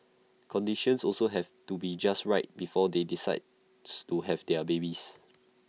conditions also have to be just right before they decides to have their babies